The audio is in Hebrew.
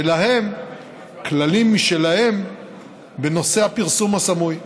ולהם יש כללים משלהם בנושא הפרסום הסמוי.